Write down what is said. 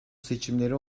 seçimleri